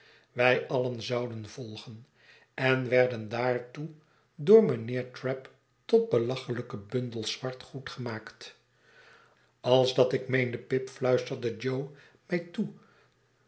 wij alien zouden volgen en werden daartoe door mijnheer trabb tot belachelijke bundels zwart goed gemaakt als dat ik meende pip fluisterde jo mij toe